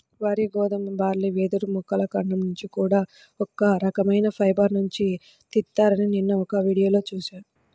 వరి, గోధుమ, బార్లీ, వెదురు మొక్కల కాండం నుంచి కూడా ఒక రకవైన ఫైబర్ నుంచి తీత్తారని నిన్న ఒక వీడియోలో చూశా